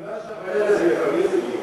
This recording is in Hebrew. החתונה שלך, באיזה גיל?